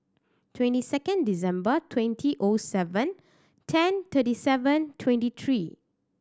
twenty second December twenty O seven ten thirty seven twenty three